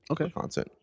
okay